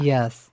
Yes